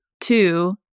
Two